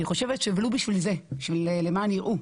אני חושבת שלו בשביל זה, למען יראו.